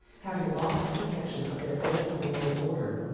having lost the protection of their old moral order,